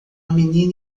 menina